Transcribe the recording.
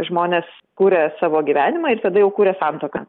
žmonės kuria savo gyvenimą ir tada jau kuria santuoką